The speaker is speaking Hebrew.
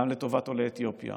גם לטובת עולי אתיופיה